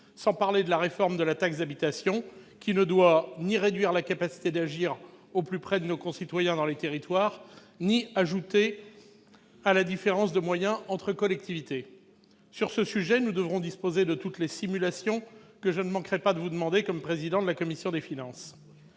sans parler de la réforme de la taxe d'habitation, qui ne doit ni réduire la capacité d'agir au plus près de nos concitoyens dans les territoires ni ajouter à la différence de moyens entre collectivités. Sur ce sujet, nous devrons disposer de toutes les simulations, que je ne manquerai pas de vous demander en ma qualité de président de la commission des finances.